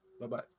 Bye-bye